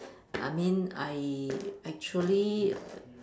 I mean I actually